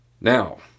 Now